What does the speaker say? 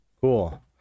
Cool